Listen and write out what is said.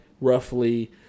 roughly